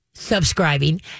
subscribing